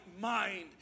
mind